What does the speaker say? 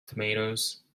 tomatoes